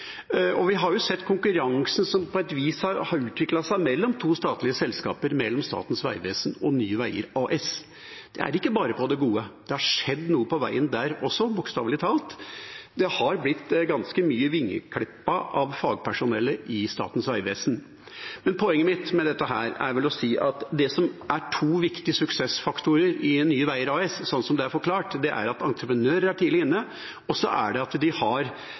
og vi har sett konkurransen som på et vis har utviklet seg mellom to statlige selskaper, nemlig Statens vegvesen og Nye Veier AS. Det er ikke bare av det gode. Det har skjedd noe på veien der også, bokstavelig talt. Det har blitt ganske mye vingeklippa av fagpersonellet i Statens vegvesen. Poenget mitt med dette er å si at det er to viktige suksessfaktorer i Nye Veier AS, slik det er forklart. Det er at entreprenører er tidlig inne, og at de har